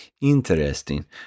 Interesting